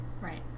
Right